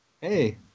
hey